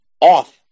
off